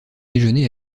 déjeuner